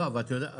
לא, אבל את יודעת?